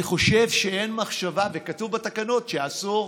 אני חושב שאין מחשבה, וכתוב בתקנות שאסור.